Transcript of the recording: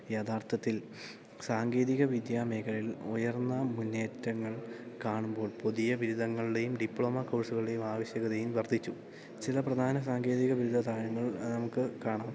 യഥാർത്ഥത്തിൽ സാങ്കേതികവിദ്യ മേഖലകളിൽ ഉയർന്ന മുന്നേറ്റങ്ങൾ കാണുമ്പോൾ പുതിയ ബിരുദങ്ങളുടെയും ഡിപ്ലോമ കോഴ്സുകളെയും ആവശ്യകതെയും വർദ്ധിച്ചു ചില പ്രധാന സാങ്കേതിക ബിരുദദാനങ്ങൾ നമുക്ക് കാണാം